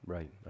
Right